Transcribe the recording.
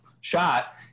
shot